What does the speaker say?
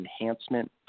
enhancement